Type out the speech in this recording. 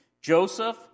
Joseph